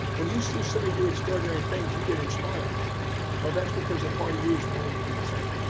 when you see somebody do extraordinary things, you get inspired well that's because the part of you is wanting to do the same.